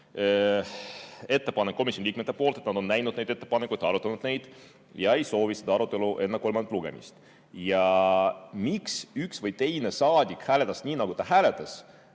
ettepanek komisjoni liikmetelt, et nad on näinud neid ettepanekuid, arutanud neid ja ei soovi seda arutelu enne kolmandat lugemist. Seda, miks üks või teine saadik hääletas nii, nagu ta hääletas,